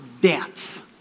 dance